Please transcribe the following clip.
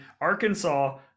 Arkansas